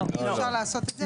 אי אפשר לעשות את זה?